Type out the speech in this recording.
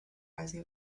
rising